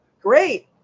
great